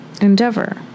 Endeavor